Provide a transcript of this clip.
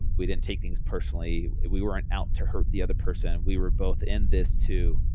we didn't take things personally, we weren't out to hurt the other person. we were both in this to,